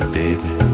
baby